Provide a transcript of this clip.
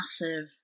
massive